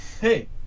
Hey